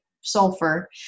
sulfur